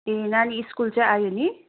ए नानी स्कुल चाहिँ आयो नि